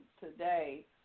today